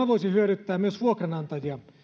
voisi hyödyttää myös vuokranantajia